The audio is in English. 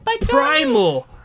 primal